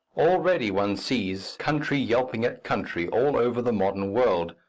already one sees country yelping at country all over the modern world,